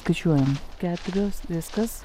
skaičiuojam keturios viskas